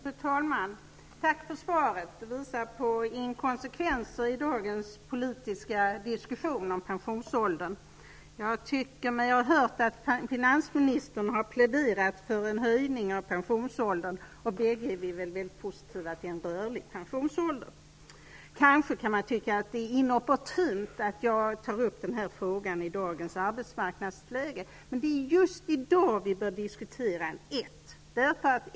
Fru talman! Tack för svaret. Det visar på inkonsekvenser i dagens politiska diskussion om pensionsåldern. Jag tycker mig ha hört att finansministern har pläderat för en höjning av pensionsåldern. Vi är väl bägge positiva till en rörlig pensionsålder. Man kan kanske tycka att det är inopportunt att jag tar upp den här frågan i dagens arbetsmarknadsläge, men det är just i dag vi bör diskutera den.